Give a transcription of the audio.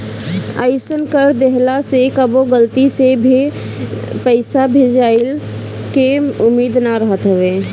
अइसन कर देहला से कबो गलती से भे पईसा भेजइला के उम्मीद ना रहत हवे